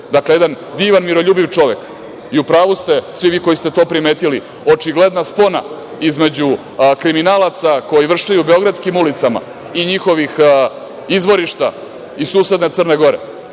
dakle, jedan divan, miroljubiv čovek.U pravu ste svi vi koji ste to primetili. Očigledna spona između kriminala koji vršljaju beogradskim ulicama i njihovih izvorišta iz susedne Crne Gore.